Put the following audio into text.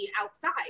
outside